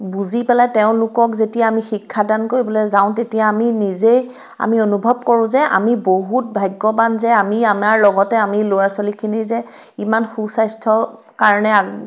বুজি পেলাই তেওঁলোকক যেতিয়া আমি শিক্ষাদান কৰিবলৈ যাওঁ তেতিয়া আমি নিজেই আমি অনুভৱ কৰোঁ যে আমি বহুত ভাগ্যৱান যে আমি আমাৰ লগতে আমি ল'ৰা ছোৱালীখিনি যে ইমান সুস্বাস্থ্যৰ কাৰণে